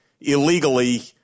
illegally